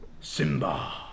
Simba